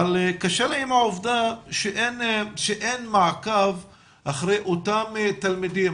אבל קשה לי עם העובדה שאין מעקב אחרי אותם תלמידים,